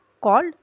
called